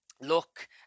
look